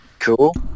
cool